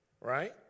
Right